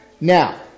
Now